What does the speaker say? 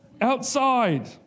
Outside